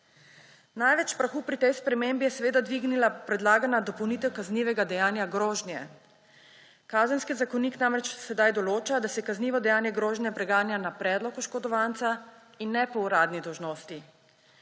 Največ prahu pri tej spremembi je dvignila predlagana dopolnitev kaznivega dejanja grožnje. Kazenski zakonik namreč sedaj določa, da se kaznivo dejanje grožnje preganja na predlog oškodovanca in ne po uradni dolžnosti.